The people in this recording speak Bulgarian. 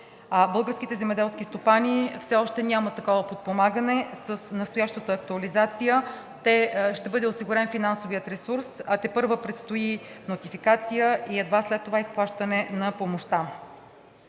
българските земеделски стопани все още няма такова подпомагане. С настоящата актуализация ще бъде осигурен финансовият ресурс, а тепърва предстои нотификация и едва след това изплащане на помощта.